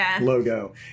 logo